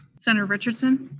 senator richardson?